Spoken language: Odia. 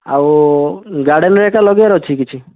ଆଉ ଗାର୍ଡେନ୍ ହେରିକା ଲଗାଇବାର ଅଛି କି କିଛି